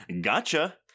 Gotcha